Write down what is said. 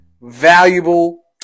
Valuable